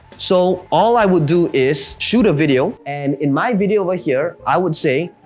so all i would do is shoot a video, and in my video over here, i would say,